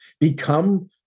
become